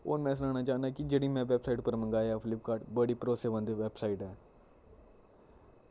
और में सनाना चाह्नां की जेह्ड़ी में वेबसाईट उप्पर मंगाया फ्लिपकार्ट बड़ी भरोसेमंद वेबसाईट ऐ